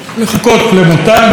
ואחרי מותם אפשר להעריץ אותם,